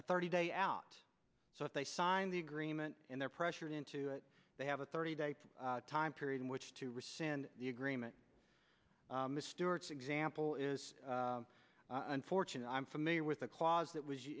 a thirty day out so if they sign the agreement and they're pressured into it they have a thirty day time period in which to rescind the agreement mr tz example is unfortunate i'm familiar with the clause that was